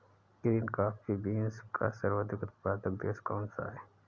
Green coffee beans का सर्वाधिक उत्पादक देश कौन सा है?